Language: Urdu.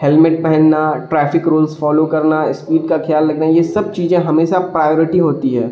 ہیلمٹ پہننا ٹریفک رولس فالو کرنا اسپیڈ کا خیال رکھنا یہ سب چیزیں ہمیشہ پرائیورٹی ہوتی ہے